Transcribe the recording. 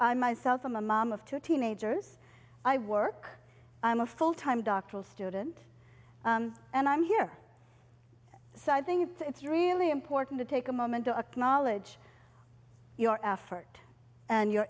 i myself i'm a mom of two teenagers i work i'm a full time doctoral student and i'm here so i think it's really important to take a moment to a knowledge your effort and your